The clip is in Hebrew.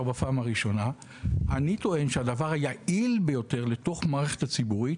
בפעם הראשונה אני טוען שהדבר היעיל ביותר לתוך המערכת הציבורית,